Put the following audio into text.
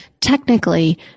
technically